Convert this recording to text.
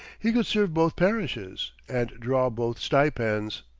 he could serve both parishes, and draw both stipends.